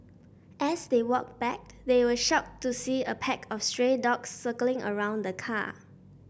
as they walked back they were shocked to see a pack of stray dogs circling around the car